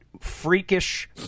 freakish